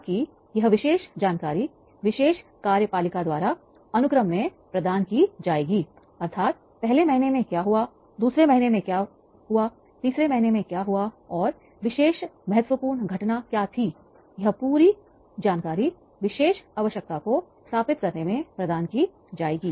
ताकि यह विशेष जानकारी विशेष कार्य पालिका द्वारा अनुक्रम में प्रदान की जाएगी अर्थात पहले महीने में क्या हुआ दूसरे महीने में क्या हुआ तीसरे महीने में क्या हुआ और विशेष महत्वपूर्ण घटना क्या थी यह पूरी जानकारी विशेष आवश्यकता को स्थापित करने में प्रदान की जाएगी